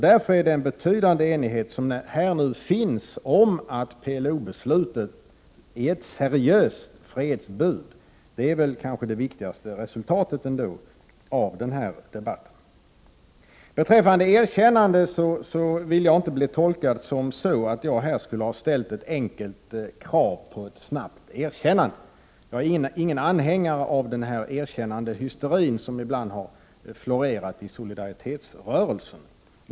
Därför är den betydande enighet som nu råder om att PLO-beslutet är ett seriöst fredsbud det kanske viktigaste resultatet av den här debatten. Beträffande erkännande vill jag inte bli tolkad på det sättet att jag här skulle ha ställt ett enkelt krav på ett snabbt erkännande. Jag är ingen anhängare av den erkännandehysteri som ibland har florerat inom solidaritetsrörelsen.